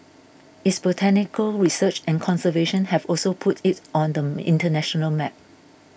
its botanical research and conservation have also put it on the international map